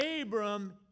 Abram